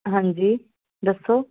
ਹਾਂਜੀ ਦੱਸੋ